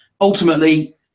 ultimately